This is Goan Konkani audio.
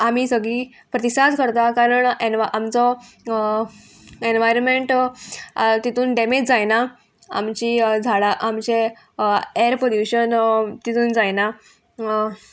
आमी सगळीं प्रतिसाद करता कारण एन आमचो एनवायरमेंट तितून डेमेज जायना आमचीं झाडां आमचे एअर पोल्यूशन तितून जायना